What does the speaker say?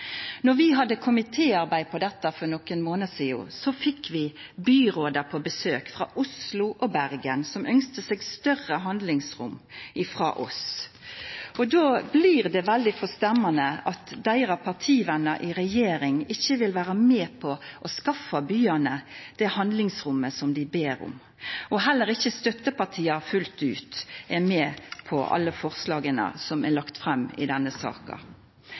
vi hadde komitéarbeid om dette for nokre månader sidan, fekk vi på besøk byråda i Oslo og i Bergen, som ynskte seg større handlingsrom frå oss. Då blir det veldig forstemmande at deira partivener i regjeringa ikkje vil vera med på å skaffa byane det handlingsrommet som dei ber om. Heller ikkje støttepartia er fullt ut med på alle forslaga som er lagde fram i denne saka.